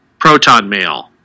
ProtonMail